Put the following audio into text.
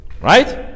Right